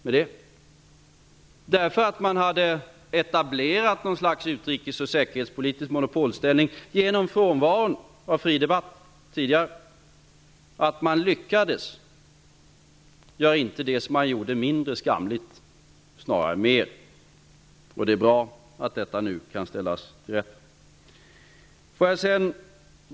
Man hade nämligen etablerat ett slags utrikespolitiskt och säkerhetspolitiskt monopolställning genom frånvaron av fri debatt tidigare. Att man lyckades innebär inte att det man gjorde blev mindre skamligt -- snarare mer. Det är bra att detta kan ställas till rätta nu.